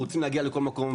אנחנו רוצים להגיע לכל מקום,